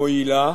מועילה.